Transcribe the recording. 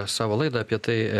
savo laidą apie tai